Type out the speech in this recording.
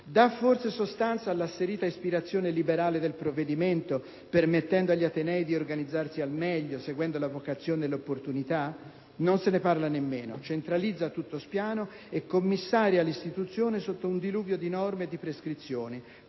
Dà forse sostanza all'asserita ispirazione liberale del provvedimento, permettendo agli atenei di organizzarsi al meglio, seguendo la vocazione e l'opportunità? Non se ne parla nemmeno. Centralizza a tutto spiano e commissaria l'istituzione sotto un diluvio di norme e di prescrizioni,